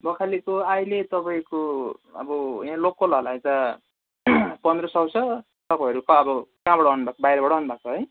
बखालीको अहिले तपाईँको अब यहाँ लोकलहरूलाई त पन्ध्र सौ छ तपाईँहरू त अब कहाँबाट आउनुभएको बाहिरबाट आउनु भएको है